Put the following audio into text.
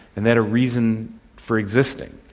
and they had a reason for existing.